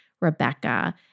Rebecca